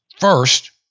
First